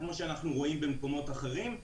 כמו שאנחנו רואים במקומות אחרים.